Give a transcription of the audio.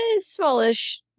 smallish